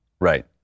Right